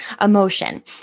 emotion